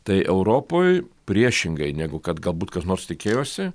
tai europoj priešingai negu kad galbūt kas nors tikėjosi